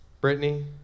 Brittany